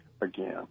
again